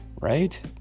right